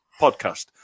podcast